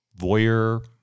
voyeur